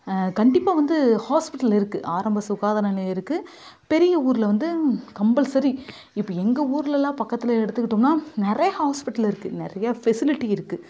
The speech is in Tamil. கண்டிப்பாக வந்து ஹாஸ்பிடல் இருக்குது ஆரம்ப சுகாதார நிலையம் இருக்குது பெரிய ஊரில் வந்து கம்பல்ஸரி இப்போ எங்கள் ஊரில் எல்லாம் பக்கத்தில் எடுத்துக்கிட்டோம்னால் நிறையா ஹாஸ்பிடல் இருக்குது நிறையா ஃபெசிலிட்டி இருக்குது